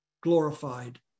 glorified